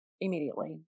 immediately